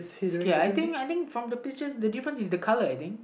is okay I think I think from the picture the difference is the colour I think